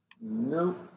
Nope